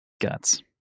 Guts